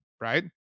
Right